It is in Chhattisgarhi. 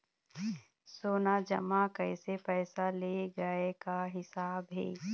सोना जमा करके पैसा ले गए का हिसाब हे?